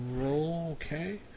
Okay